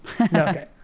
okay